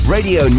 Radio